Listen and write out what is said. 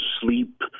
sleep